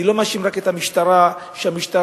אני לא מאשים רק את המשטרה, המשטרה